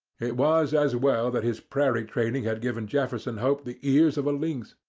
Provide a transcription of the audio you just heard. it was as well that his prairie training had given jefferson hope the ears of a lynx.